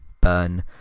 burn